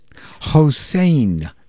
Hossein